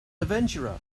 adventurer